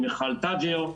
עם מיכל תג'ר.